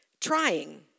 Trying